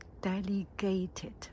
delegated